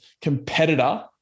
competitor